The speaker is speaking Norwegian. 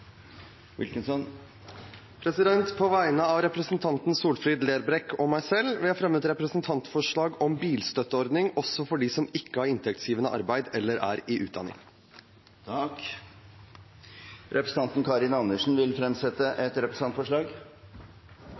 På vegne av representanten Solfrid Lerbrekk og meg selv vil jeg fremme et representantforslag om bilstøtteordning også for dem som ikke har inntektsgivende arbeid eller er i utdanning. Representanten Karin Andersen vil fremsette et representantforslag.